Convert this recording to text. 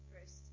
first